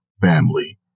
family